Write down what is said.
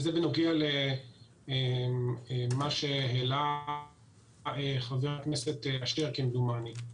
זה בנוגע למה שהעלה חבר הכנסת שטרן, כמדומני.